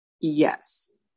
yes